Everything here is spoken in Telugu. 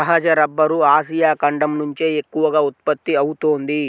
సహజ రబ్బరు ఆసియా ఖండం నుంచే ఎక్కువగా ఉత్పత్తి అవుతోంది